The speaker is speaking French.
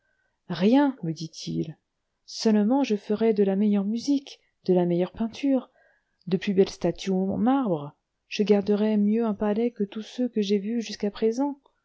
rien me dit-il seulement je ferais de la meilleure musique de la meilleure peinture de plus belles statues en marbre je garderais mieux un palais que tous ceux que j'ai vus jusqu'à présent